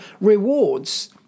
rewards